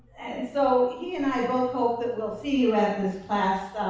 so he and i both hope that we'll see you at this class.